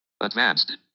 Advanced